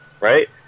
right